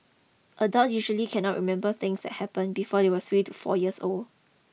adults usually cannot remember things that happened before they were three to four years old